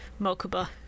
Mokuba